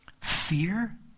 fear